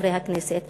חברי הכנסת והממשלה,